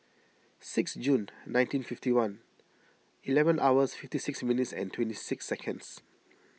sixth Jun nineteen fifty one eleven hours fifty six minutes and twenty six seconds